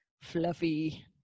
fluffy